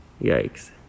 Yikes